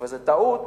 וזאת טעות,